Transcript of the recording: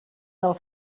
del